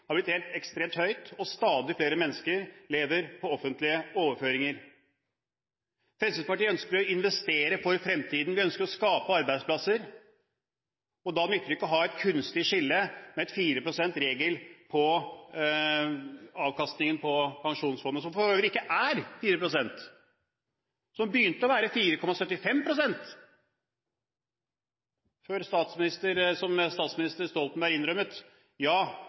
blitt helt ekstremt høyt, og stadig flere mennesker lever på offentlige overføringer. Fremskrittspartiet ønsker å investere for fremtiden, vi ønsker å skape arbeidsplasser. Da nytter det ikke å ha et kunstig skille, med en 4 pst.-regel på avkastningen av pensjonsfondet, som for øvrig begynte med å være på 4,75 pst. – som statsminister Stoltenberg innrømmet. Ja,